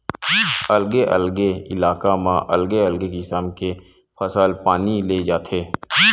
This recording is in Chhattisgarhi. अलगे अलगे इलाका म अलगे अलगे किसम के फसल पानी ले जाथे